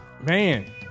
Man